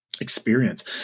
experience